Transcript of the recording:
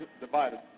divided